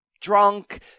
drunk